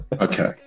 Okay